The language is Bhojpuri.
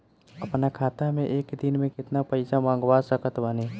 अपना खाता मे एक दिन मे केतना पईसा मँगवा सकत बानी?